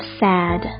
sad